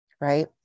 Right